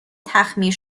تخمیر